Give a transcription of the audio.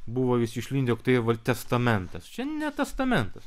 buvo vis išlindę jog čia testamentas čia ne testamentas